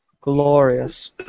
Glorious